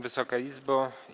Wysoka Izbo!